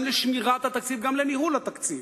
גם לשמירת התקציב וגם לניהול התקציב.